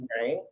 Right